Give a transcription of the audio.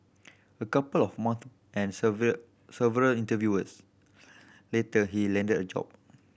a couple of months and several several interviewers later he landed a job